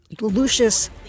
Lucius